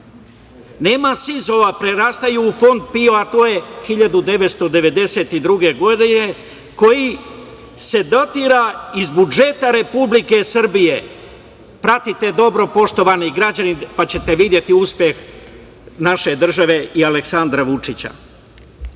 nema SIZ-ova, prerastaju u Fond PIO, a to je 1992. godine, koji se dotira iz budžeta Republike Srbije. Pratite dobro poštovani građani, pa ćete videti uspeh naše države i Aleksandra Vučića. Od